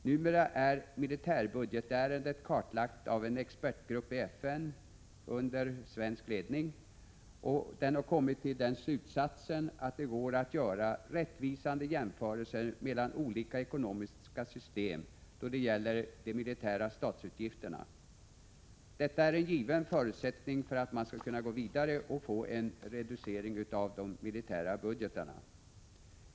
Numera är militärbudgetärendet kartlagt av en expertgrupp i FN — under svensk ledning - som kommit till slutsatsen att det går att göra rättvisande jämförelser mellan olika ekonomiska system då det gäller de militära statsutgifterna. Detta är en given förutsättning för att man skall kunna gå vidare och få en reducering av de militära budgetarna.